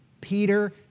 Peter